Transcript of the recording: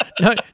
no